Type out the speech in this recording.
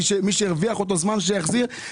מי שהרוויח באותו זמן שיחזיר,